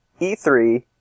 E3